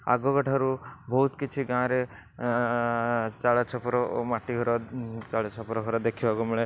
ଆଗକା ଠାରୁ ବହୁତ କିଛି ଗାଁରେ ଚାଳ ଛପର ଓ ମାଟି ଘର ଚାଳ ଛପର ଘର ଦେଖିବାକୁ ମିଳେ